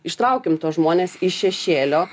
ištraukim tuos žmones iš šešėlio